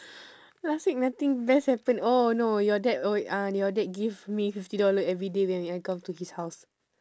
last week nothing best happen oh no your dad oh uh your dad give me fifty dollar everyday when I come to his house